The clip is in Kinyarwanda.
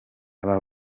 aba